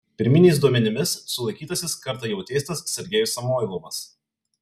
pirminiais duomenimis sulaikytasis kartą jau teistas sergejus samoilovas